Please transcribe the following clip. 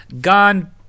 gone